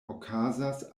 okazas